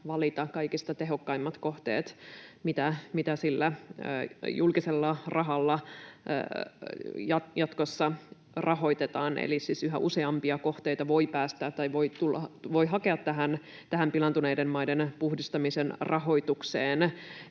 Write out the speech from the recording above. valita kaikista tehokkaimmat kohteet, mitkä sillä julkisella rahalla jatkossa rahoitetaan, eli siis yhä useampia kohteita voi päästä tai voi hakea tähän pilaantuneiden maiden puhdistamisen rahoitukseen,